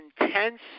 intense